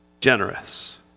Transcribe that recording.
generous